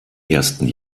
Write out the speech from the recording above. ersten